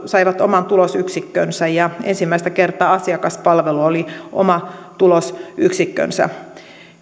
saivat oman tulosyksikkönsä ja ensimmäistä kertaa asiakaspalvelu oli oma tulosyksikkönsä